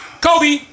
Kobe